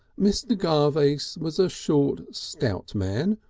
mr. garvace was a short stout man,